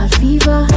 fever